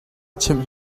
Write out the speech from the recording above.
chimh